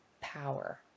power